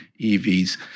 EVs